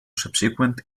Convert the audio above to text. subsequent